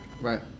right